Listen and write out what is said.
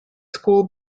school